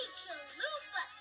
chalupa